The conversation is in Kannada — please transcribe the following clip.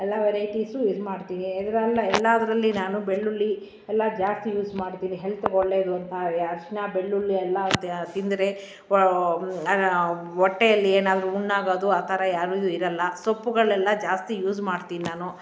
ಎಲ್ಲ ವೆರೈಟಿಸು ಇದು ಮಾಡ್ತೀನಿ ಇದ್ರಲ್ಲಿ ಎಲ್ಲಾದರಲ್ಲಿ ನಾನು ಬೆಳ್ಳುಳ್ಳಿ ಎಲ್ಲ ಜಾಸ್ತಿ ಯೂಸ್ ಮಾಡ್ತೀನಿ ಹೆಲ್ತ್ಗೆ ಒಳ್ಳೇದು ಅಂತ ಅರಶಿನ ಬೆಳ್ಳುಳ್ಳಿ ಎಲ್ಲ ತಿಂದರೆ ಹೊಟ್ಟೆಯಲ್ಲಿ ಏನಾದರೂ ಹುಣ್ಣಾಗದು ಆ ಥರ ಯಾರದೂ ಇರಲ್ಲ ಸೊಪ್ಪುಗಳೆಲ್ಲ ಜಾಸ್ತಿ ಯೂಸ್ ಮಾಡ್ತೀನಿ ನಾನು